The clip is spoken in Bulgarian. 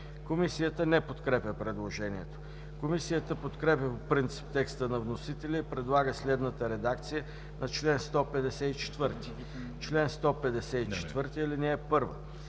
Комисията не подкрепя предложението. Комисията подкрепя по принцип текста на вносителя и предлага следната редакция на чл. 154: „Чл. 154. (1) За